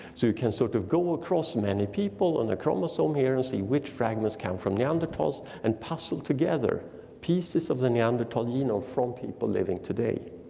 so you can sort of go across many people on a chromosome here and see which fragments came from neanderthals and puzzle together pieces of the neanderthal genome from people living today.